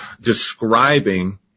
describing